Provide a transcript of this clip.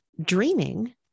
dreaming